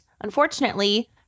unfortunately